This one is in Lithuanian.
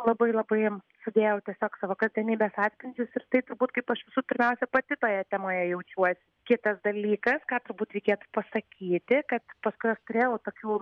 labai labai sudėjau tiesiog savo kasdienybė satspindžius ir tai turbūt kaip aš visų pirmiausia pati toje temoje jaučiuosi kitas dalykas ką turbūt reikėtų pasakyti kad paskui turėjau tokių